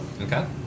Okay